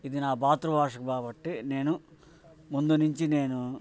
ఇది నా మాతృ భాష కాబట్టి నేను ముందు నుంచి నేను